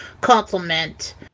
complement